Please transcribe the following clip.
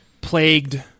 plagued